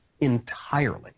entirely